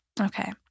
Okay